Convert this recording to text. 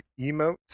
emotes